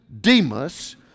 Demas